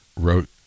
wrote